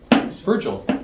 Virgil